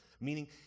meaning